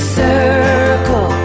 circle